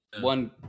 one